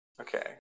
Okay